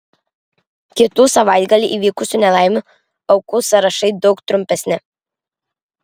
kitų savaitgalį įvykusių nelaimių aukų sąrašai daug trumpesni